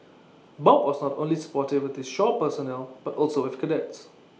bob was not only supportive with his shore personnel but also with cadets